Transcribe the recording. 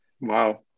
Wow